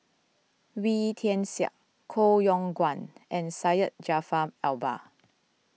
Wee Tian Siak Koh Yong Guan and Syed Jaafar Albar